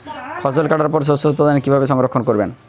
ফসল কাটার পর শস্য উৎপাদন কিভাবে সংরক্ষণ করবেন?